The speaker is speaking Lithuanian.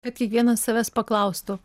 kad kiekvienas savęs paklaustų